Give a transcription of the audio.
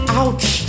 ouch